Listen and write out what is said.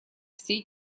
всей